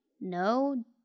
No